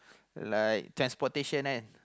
like transportation and